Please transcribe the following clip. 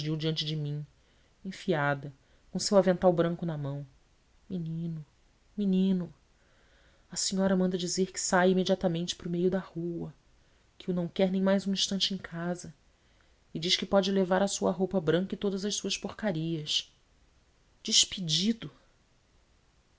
diante de mim enfiada com o seu avental branco na mão menino menino a senhora manda dizer que saia imediatamente para o meio da rua que o não quer nem mais um instante em casa e diz que pode levar a sua roupa branca e todas as suas porcarias despedido